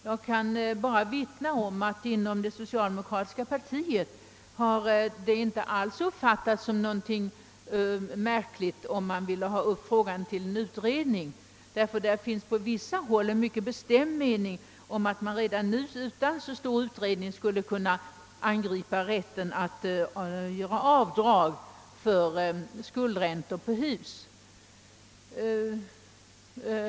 Jag kan bara vittna om att det inom det socialdemokratiska partiet inte alls uppfattats som något märkligt att man vill ha denna fråga till utredning, ty på vissa håll finns det mycket bestämda meningar om att vi redan nu, utan en alltför stor utredning, skulle kunna angripa den existerande rätten att göra avdrag för skuldräntor på fastigheter.